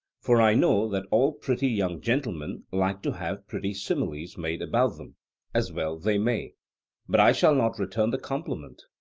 for i know that all pretty young gentlemen like to have pretty similes made about them as well they may but i shall not return the compliment.